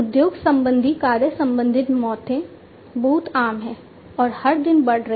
उद्योग संबंधी कार्य संबंधित मौतें बहुत आम हैं और हर दिन बढ़ रही है